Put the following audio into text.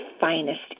finest